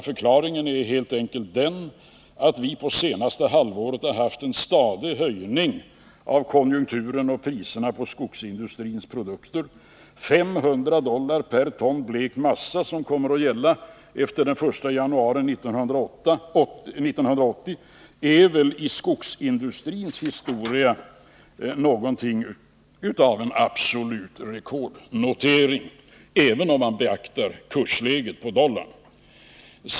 Förklaringen är helt enkelt den att vi på det senaste halvåret har haft en stadig höjning av konjunkturen och priserna på skogsindustrins produkter. 500 dollar per ton blekt massa, som kommer att gälla efter den 1 januari 1980, är väl i skogsindustrins historia någonting av en absolut rekordnotering, även om man beaktar kursläget på dollarn.